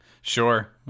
Sure